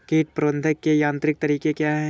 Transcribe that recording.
कीट प्रबंधक के यांत्रिक तरीके क्या हैं?